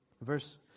Verse